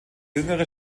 jüngere